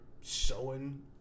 showing